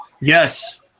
Yes